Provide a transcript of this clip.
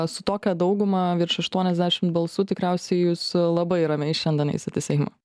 su tokia dauguma virš aštuoniasdešimt balsų tikriausiai jūs labai ramiai šiandien eisit į seimą